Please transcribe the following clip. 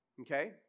okay